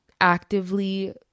actively